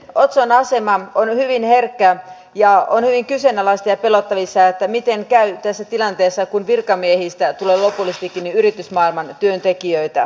otson asema on hyvin herkkä ja on hyvin kyseenalaista ja pelättävissä miten käy tässä tilanteessa kun virkamiehistä tulee lopullisestikin yritysmaailman työntekijöitä